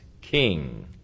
king